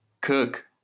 cook